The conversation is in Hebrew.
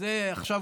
היא גם ממשיכה.